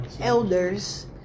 elders